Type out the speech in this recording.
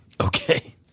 Okay